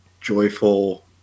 joyful